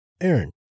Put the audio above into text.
Aaron